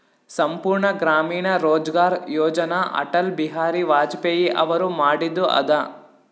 ಸಂಪೂರ್ಣ ಗ್ರಾಮೀಣ ರೋಜ್ಗಾರ್ ಯೋಜನ ಅಟಲ್ ಬಿಹಾರಿ ವಾಜಪೇಯಿ ಅವರು ಮಾಡಿದು ಅದ